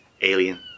Alien